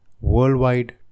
worldwide